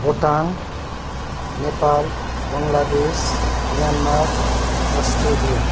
Bhotang Nepal Bangladesh Myanmar Australia